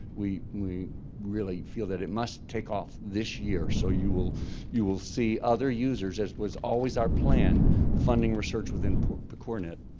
we we really feel that it must take off this year. so you will you will see other users as was always our plan funding research within pcornet,